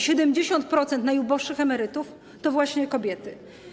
70% najuboższych emerytów to właśnie kobiety.